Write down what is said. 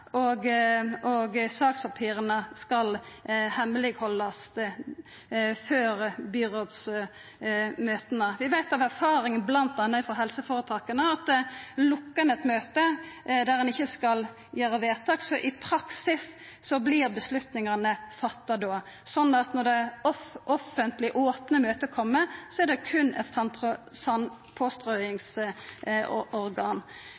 og sakspapira skal hemmeleghaldast før byrådsmøta. Vi veit av erfaringane bl.a. frå helseføretaka at lukkar ein eit møte der ein ikkje skal gjera vedtak, så vert i praksis avgjerdene tatt då, slik at når det offentlege, opne møtet kjem, er det berre eit